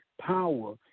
Power